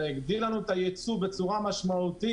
אלא הגדיל לנו את הייצוא באופן ניכר.